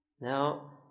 Now